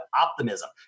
Optimism